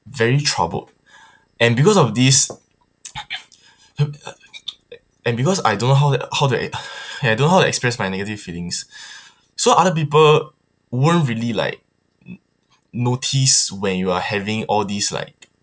very troubled and because of this and because I don't know how to how to I don't know how to express my negative feelings so other people won't really like notice when you are having all this like